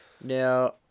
Now